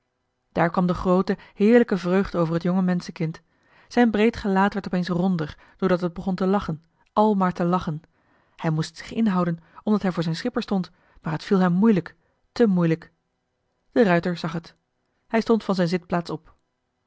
daar kwam de groote heerlijke vreugde over het jonge menschenkind zijn breed gelaat werd opeens ronder doordat het begon te lachen al maar te lachen hij moest zich inhouden omdat hij voor zijn schipper stond maar het viel hem moeilijk te moeilijk de ruijter zag het hij stond van zijn zitplaats op